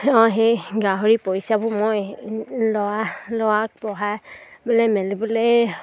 অঁ সেই গাহৰি পইচাবোৰ মই ল'ৰা ল'ৰাক পঢ়াবলে মেলিবলে